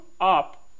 up